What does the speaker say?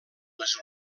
les